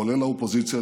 כולל האופוזיציה,